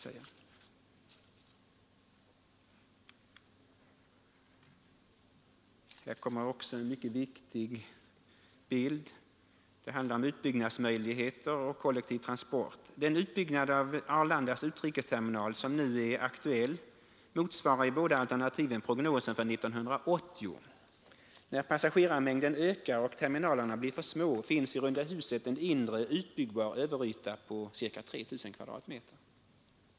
Här visar jag en mycket viktig bild rörande utbyggnadsmöjligheter och kollektiv transport. Den utbyggnad av Arlandas utrikesterminal som nu är aktuell motsvarar i båda alternativen prognosen för 1980. När passagerarmängden ökar och terminalerna blir för små finns i runda huset en inre utbyggbar överyta på cirka 3 000 kvadratmeter.